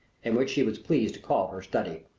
and which she was pleased to call her study.